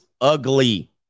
ugly